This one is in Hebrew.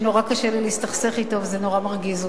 שנורא קשה לי להסתכסך אתו, וזה נורא מרגיז אותי,